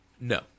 No